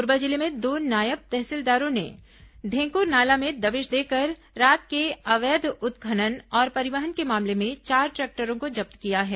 कोरबा जिले में दो नायब तहसीलदारों ने ढेंकुरनाला में दबिश देकर रेत के अवैध उत्खनन और परिवहन के मामले में चार ट्रैक्टरों को जब्त किया है